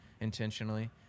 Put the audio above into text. intentionally